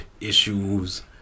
issues